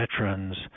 veterans